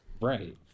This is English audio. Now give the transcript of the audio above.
Right